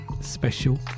special